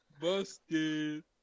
Busted